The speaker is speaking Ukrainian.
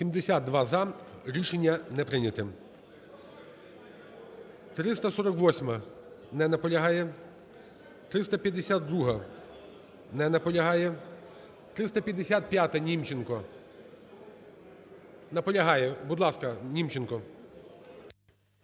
За-72 Рішення не прийняте. 348-а. Не наполягає. 352-а. Не наполягає. 355-а. Німченко. Наполягає. Будь ласка, Німченко.